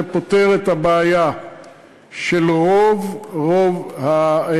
זה פותר את הבעיה של רוב החקלאים.